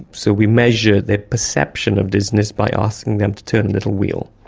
so we measure their perception of dizziness by asking them to turn a little wheel.